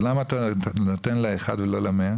אז למה אתה נותן לאחד ולא למאה?